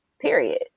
Period